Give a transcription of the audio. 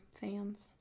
fans